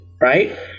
right